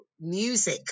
music